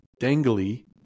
dangly